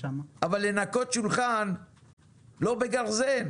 אבל לנקות שולחן לא בגרזן